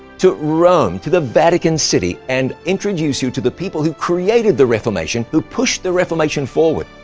to rome, to the vatican city, and introduce you to the people who created the reformation, who pushed the reformation forward.